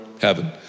heaven